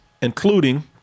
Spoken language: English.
including